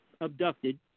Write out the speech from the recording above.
abducted